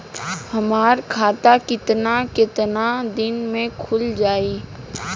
हमर खाता कितना केतना दिन में खुल जाई?